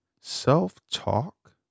self-talk